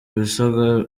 ibisabwa